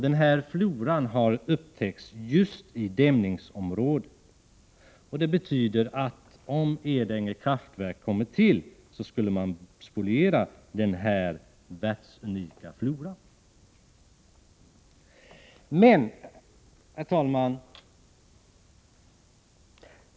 Den floran har upptäckts just i dämningsområdet. Det betyder att om Edänge kraftverk kommer till, skulle den världsunika floran spolieras.